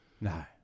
No